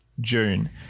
june